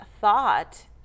thought